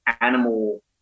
animal